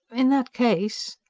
in that case.